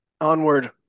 Onward